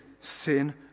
sin